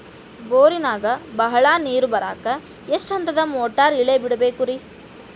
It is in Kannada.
ಬೋರಿನಾಗ ಬಹಳ ನೇರು ಬರಾಕ ಎಷ್ಟು ಹಂತದ ಮೋಟಾರ್ ಇಳೆ ಬಿಡಬೇಕು ರಿ?